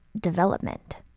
development